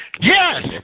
Yes